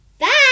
Bye